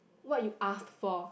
what you ask for